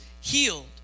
healed